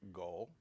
goal